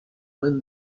when